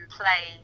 play